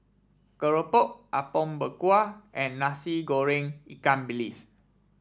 Keropok Apom Berkuah and Nasi Goreng Ikan Bilis